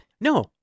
No